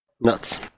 Nuts